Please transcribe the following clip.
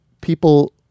people